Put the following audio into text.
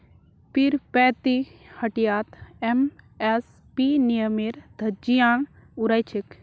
पीरपैंती हटियात एम.एस.पी नियमेर धज्जियां उड़ाई छेक